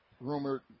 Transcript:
rumored